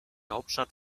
hauptstadt